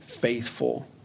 faithful